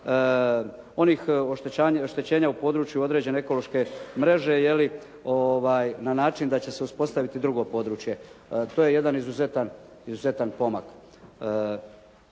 onih oštećenja u području određene ekološke mreže je li na način da će se uspostaviti drugo područje. To je jedan izuzetan,